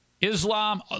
islam